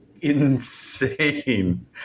insane